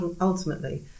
ultimately